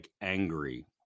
angry